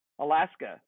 Alaska